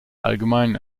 allgemein